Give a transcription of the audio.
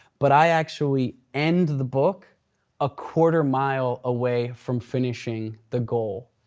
but i actually end the book a quarter mile away from finishing the goal.